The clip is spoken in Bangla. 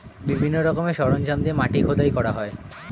বিভিন্ন রকমের সরঞ্জাম দিয়ে মাটি খোদাই করা হয়